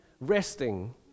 resting